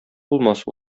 булмас